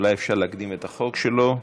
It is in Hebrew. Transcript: אולי אפשר להקדים את החוק שלו.